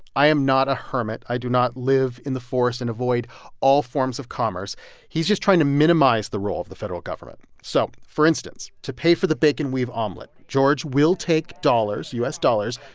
i am not a hermit. i do not live in the forest and avoid all forms of commerce he's just trying to minimize the role of the federal government. so for instance, to pay for the bacon-weave omelet, george will take dollars, u s. dollars,